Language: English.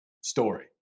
story